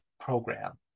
program